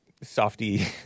softy